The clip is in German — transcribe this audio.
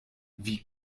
wie